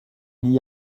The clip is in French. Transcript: n’y